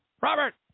Robert